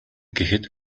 гэхэд